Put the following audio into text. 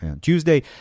Tuesday